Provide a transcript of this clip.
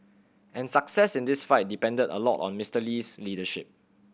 and success in this fight depended a lot on Mister Lee's leadership